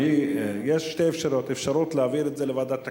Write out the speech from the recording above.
יש שתי אפשרויות: אפשרות להעביר את זה לוועדת הכנסת,